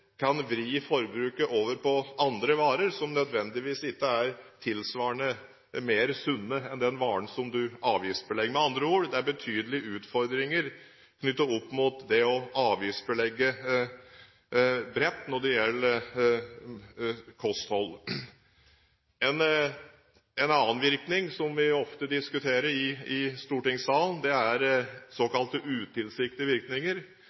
kan vri forbruket over på andre varer som ikke nødvendigvis er tilsvarende mer sunne enn den varen du avgiftsbelegger. Det er med andre ord betydelige utfordringer knyttet opp mot det å avgiftsbelegge bredt når det gjelder kosthold. En annen virkning som vi ofte diskuterer i stortingssalen, er såkalte utilsiktede virkninger